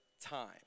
time